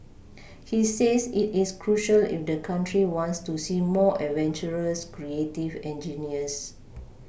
he says it is crucial if the country wants to see more adventurous creative engineers